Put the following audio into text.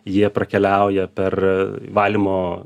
jie prakeliauja per valymo